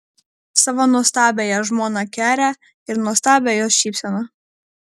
savo nuostabiąją žmoną kerę ir nuostabią jos šypseną